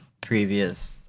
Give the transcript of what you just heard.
previous